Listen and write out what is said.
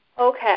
Okay